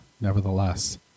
nevertheless